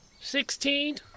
Sixteen